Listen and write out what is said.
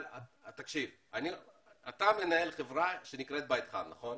אתה מנהל חברה שנקראת "בית חם", נכון?